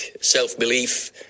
self-belief